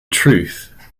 truth